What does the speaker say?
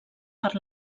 per